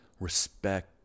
respect